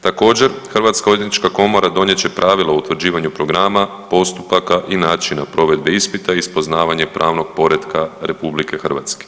Također Hrvatska odvjetnička komora donijet će pravilo o utvrđivanju programa, postupaka i načina provedbe ispita iz poznavanja pravnog poretka RH.